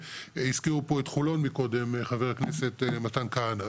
הזכירו פה את חולון מקודם חבר הכנסת מתן כהנא,